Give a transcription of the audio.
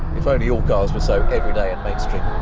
if only all cars were so everyday and mainstream.